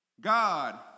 God